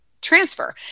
transfer